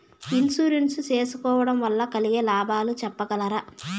Insurance సేసుకోవడం వల్ల కలిగే లాభాలు సెప్పగలరా?